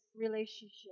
relationship